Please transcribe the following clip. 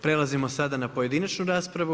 Prelazimo sada na pojedinačnu raspravu.